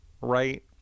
right